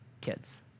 kids